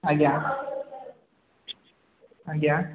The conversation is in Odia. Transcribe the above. ଆଜ୍ଞା ଆଜ୍ଞା